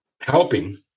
helping